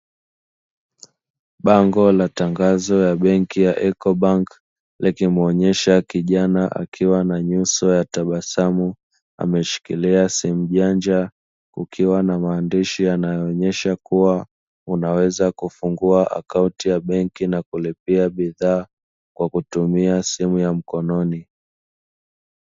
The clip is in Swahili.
Bango la tangazo ya benki ya ECOBANK likimuonesha kijana akiwa na nyuso ya tabasamu, ameshikilia simu janja. Kukiwa na maandishi yanayoonesha kuwa, unaweza kufungua akaunti ya benki na kulipia bidhaa kwa kutumia simu ya mkononi.